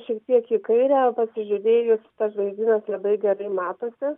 šiek tiek į kairę pasižiūrėjus tas žvaigždynas labai gerai matosi